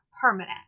permanent